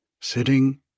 sitting